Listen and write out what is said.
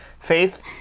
Faith